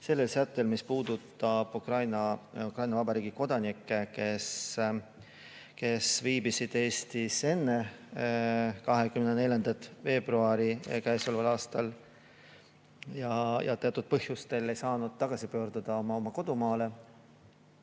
Sellel sättel, mis puudutab Ukraina Vabariigi kodanikke, kes viibisid Eestis enne 24. veebruari käesoleval aastal ja teatud põhjustel ei saanud tagasi pöörduda oma kodumaale.